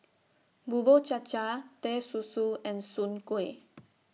Bubur Cha Cha Teh Susu and Soon Kueh